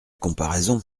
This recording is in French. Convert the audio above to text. comparaison